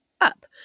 Up